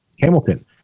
Hamilton